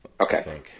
Okay